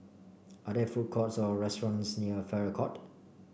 are there food courts or restaurants near Farrer Court